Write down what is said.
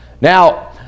Now